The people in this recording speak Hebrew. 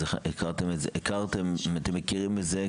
אז הכרתם, אתם מכירים את זה?